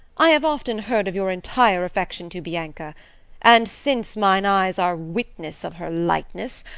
i have often heard of your entire affection to bianca and since mine eyes are witness of her lightness,